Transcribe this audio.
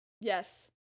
Yes